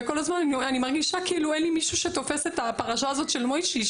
אני כל הזמן מרגישה כאילו אין לי מישהו שתופס את הפרשה הזו של מויישי,